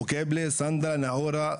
מוקיבלה, צנדלה, נעורה,